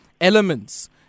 elements